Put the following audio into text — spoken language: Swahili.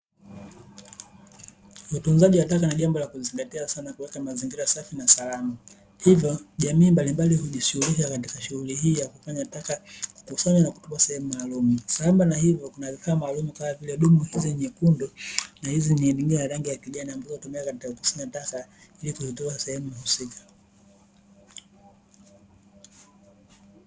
Utunzaji wa taka ni jambo la kuzingatia sana kuweka mazingira safi na salama, hivyo jamii mbalimbali hujishungulisha katika shunghuli hii ya ukusanyaji wa taka kufanywa na kutupwa sehemu maalumu sambamba na hivyo kuna vifaa maalumu kama vile dumu hizo nyekundu na hizi nyingine za rangi ya kijani ambazo hutumika kukusanya taka ili kuzitupa sehemu husika.